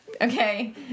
okay